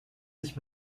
sich